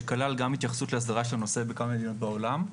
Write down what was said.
שכלל גם התייחסות להסדרה של הנושא בכמה מדינות בעולם,